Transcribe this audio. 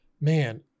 man